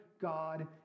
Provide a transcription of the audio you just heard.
God